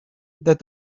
that